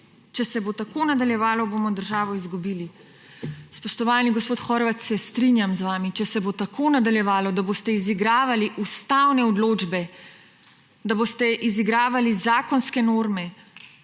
Če se bo tako nadaljevalo, bomo državo izgubili.« Spoštovani gospod Horvat, se strinjam z vami. Če se bo tako nadaljevalo, da boste izigravali ustavne odločbe, da boste izigravali zakonske norme,